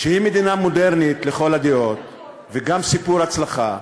שהיא מדינה מודרנית לכל הדעות וגם סיפור הצלחה,